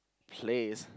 plays